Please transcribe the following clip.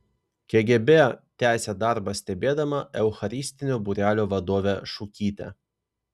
kgb tęsė darbą stebėdama eucharistinio būrelio vadovę šukytę